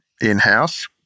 in-house